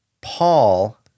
Paul